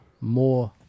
more